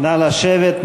נא לשבת.